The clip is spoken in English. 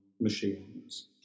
machines